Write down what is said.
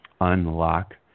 unlock